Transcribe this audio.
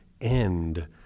end